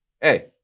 Hey